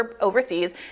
overseas